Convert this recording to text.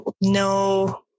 no